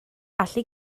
allu